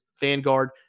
Vanguard